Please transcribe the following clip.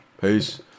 Peace